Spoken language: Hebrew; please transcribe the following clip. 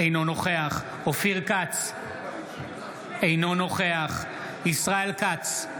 אינו נוכח אופיר כץ אינו נוכח ישראל כץ,